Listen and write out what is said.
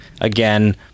Again